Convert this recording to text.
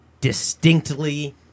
distinctly